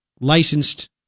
licensed